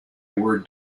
were